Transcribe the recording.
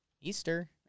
Easter